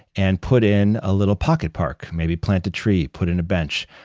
and put in a little pocket park. maybe plant a tree, put in a bench,